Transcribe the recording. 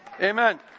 Amen